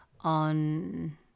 on